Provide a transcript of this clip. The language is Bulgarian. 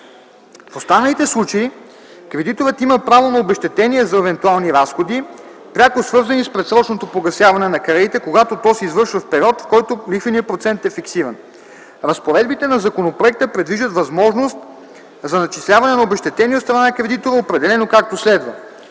В останалите случаи кредиторът има право на обезщетение за евентуални разходи, пряко свързани с предсрочното погасяване на кредита, когато то се извършва в период, в който лихвеният процент е фиксиран. Разпоредбите на законопроекта предвиждат възможност за начисляване на обезщетение от страна на кредитора, определено както следва: